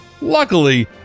Luckily